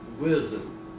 wisdom